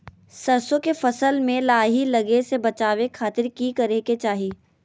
सरसों के फसल में लाही लगे से बचावे खातिर की करे के चाही?